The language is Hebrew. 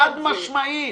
חד-משמעית.